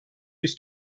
yüz